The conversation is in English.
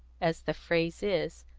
as the phrase is,